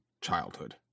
childhood